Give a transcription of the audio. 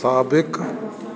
साबिकु